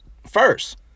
First